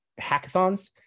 hackathons